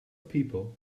people